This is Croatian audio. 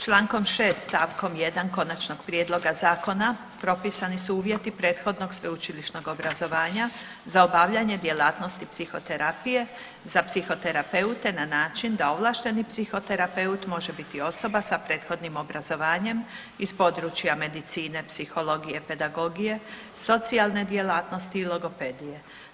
Člankom 6. stavkom 1. konačnog prijedloga zakona propisani su uvjeti prethodnog sveučilišnog obrazovanja za obavljanje djelatnosti psihoterapije za psihoterapeute na način da ovlašteni psihoterapeut može biti osoba sa prethodnim obrazovanjem iz područja medicine, psihologije, pedagogije, socijalne djelatnosti i logopedije.